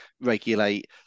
regulate